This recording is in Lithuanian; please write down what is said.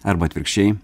arba atvirkščiai